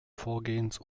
vorgehens